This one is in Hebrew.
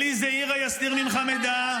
אלי זעירא יסתיר ממך מידע.